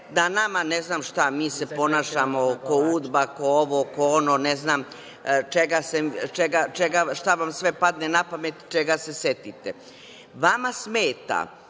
da nama, ne znam šta, mi se ponašamo ko UDBA, ko ovo, ko ono, ne znam šta vam sve padne na pamet i čega se setite. Vama smeta